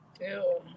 Ew